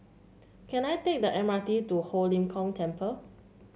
can I take the M R T to Ho Lim Kong Temple